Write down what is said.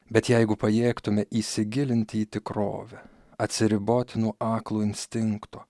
bet jeigu pajėgtume įsigilinti į tikrovę atsiriboti nuo aklo instinkto